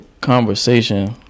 conversation